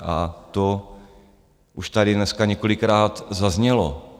A to už tady dneska několikrát zaznělo.